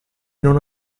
non